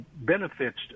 benefits